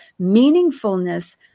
meaningfulness